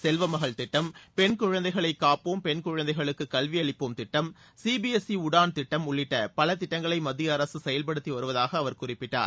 செல்வமகள் திட்டம் பெண் குழந்தைகளை காப்போம் பெண் குழந்தைகளுக்கு கல்வி அளிப்போம் திட்டம் சிபிஎஸ்இ உடான் திட்டம் உள்ளிட்ட பல திட்டங்களை மத்திய அரசு செயல்படுத்தி வருவதாக அவர் குறிப்பிட்டார்